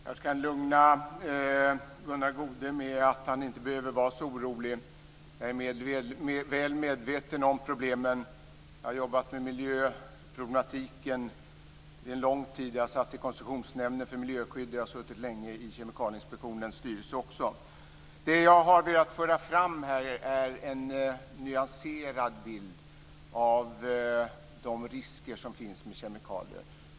Fru talman! Jag kanske kan lugna Gunnar Goude och säga att han inte behöver vara så orolig. Jag är väl medveten om problemen efter att under lång tid ha jobbat med miljöproblematiken. Jag har suttit med i Koncessionsnämnden för miljöskydd och jag har länge suttit med i Kemikalieinspektionens styrelse. Vad jag velat föra fram här är en nyanserad bild av de risker som finns med kemikalier.